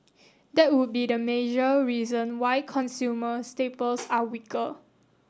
that would be the major reason why consumer staples are weaker